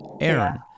Aaron